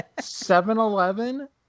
7-Eleven